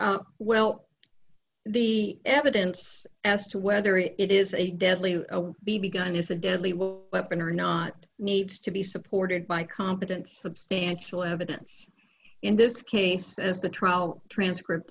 well the evidence as to whether it is a deadly b b gun is a deadly weapon or not needs to be supported by competent substantial evidence in this case as the trial transcript